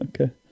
Okay